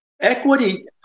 Equity